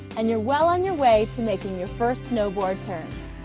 and you're well on your way to making your first snowboard turns.